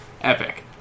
epic